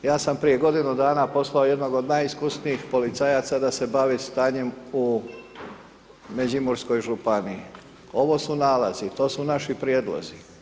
Ja sam prije godinu dana poslao jednog od najiskusnijih policajaca da se bavi stanjem u Međimurskoj županiji, ovo su nalazi, to su naši prijedlozi.